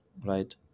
right